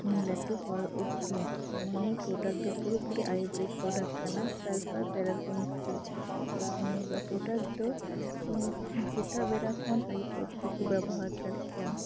ᱞᱟᱹᱴᱩ ᱦᱚᱲ ᱚᱵᱽᱫᱤ ᱮᱵᱚᱝ ᱱᱤᱭᱟᱹ ᱯᱨᱳᱰᱟᱠᱴ ᱫᱚ ᱯᱩᱨᱟᱹ ᱯᱩᱨᱤ ᱟᱭᱩᱨᱵᱮᱫᱤᱠ ᱯᱨᱚᱰᱟᱠᱴ ᱠᱟᱱᱟ ᱥᱟᱞᱯᱷᱟᱨ ᱯᱮᱨᱟᱵᱷᱤᱱ ᱯᱷᱨᱤ ᱮᱵᱚᱝ ᱱᱤᱭᱟᱹ ᱯᱩᱨᱟᱹᱴᱟ ᱫᱚ ᱥᱤᱧ ᱥᱮᱛᱟᱜ ᱵᱮᱲᱟ ᱠᱷᱚᱱ ᱟᱭᱩᱵ ᱚᱵᱽᱫᱤ ᱠᱚ ᱵᱮᱵᱚᱦᱟᱨ ᱫᱟᱲᱮᱜ ᱜᱮᱭᱟ